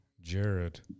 Jared